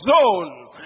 zone